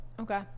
okay